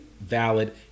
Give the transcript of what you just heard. valid